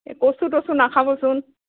এই কচু তচু নাখাবচোন